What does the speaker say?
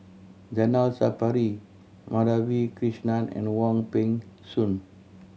Zainal Sapari Madhavi Krishnan and Wong Peng Soon